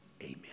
Amen